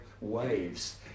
waves